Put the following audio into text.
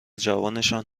جوانشان